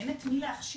אין את מי להכשיר.